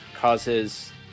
causes